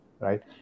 right